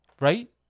right